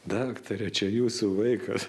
daktare čia jūsų vaikas